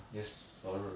yes sir